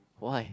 why